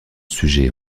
sujet